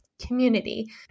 Community